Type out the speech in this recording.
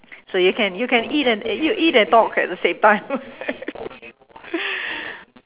so you can you can you eat and you eat and talk at the same time